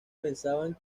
pensaban